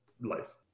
life